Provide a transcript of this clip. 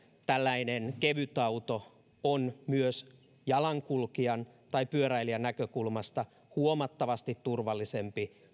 tällainen kevytauto on myös jalankulkijan tai pyöräilijän näkökulmasta huomattavasti turvallisempi